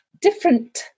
different